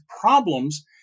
problems